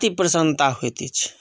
अति प्रसन्नता होइत अछि